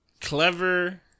clever